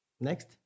Next